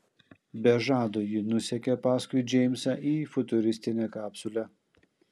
be žado ji nusekė paskui džeimsą į futuristinę kapsulę